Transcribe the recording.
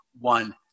one